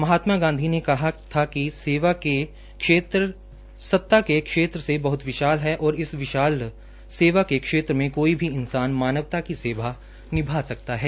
महात्मा गांधी ने कहा था कि सेवा के क्षेत्र सत्ता के क्षेत्र से बह्त विशाल है और इस विशाल सेवा के क्षेत्र में कोई भी इंसान मानवता की सेवा निभा सकता है